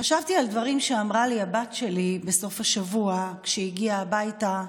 חשבתי על דברים שאמרה לי הבת שלי בסוף השבוע כשהגיעה הביתה,